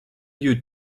you